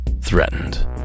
threatened